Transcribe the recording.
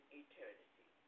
eternity